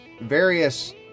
various